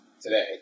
today